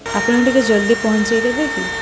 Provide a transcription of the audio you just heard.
ଆପଣ ଟିକେ ଜଲ୍ଦି ପହଞ୍ଚାଇ ଦେବେ କି